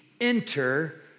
enter